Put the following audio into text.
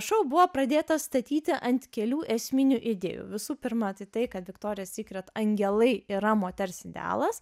šou buvo pradėtas statyti ant kelių esminių idėjų visų pirma tai tai kad viktorijos sykret angelai yra moters idealas